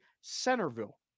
Centerville